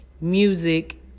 music